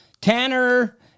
Tanner